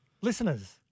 Listeners